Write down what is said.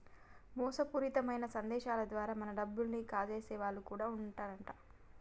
మోసపూరితమైన సందేశాల ద్వారా మన డబ్బుల్ని కాజేసే వాళ్ళు కూడా వుంటరు